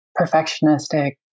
perfectionistic